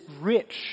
rich